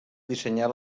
dissenyar